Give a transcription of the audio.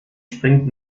springt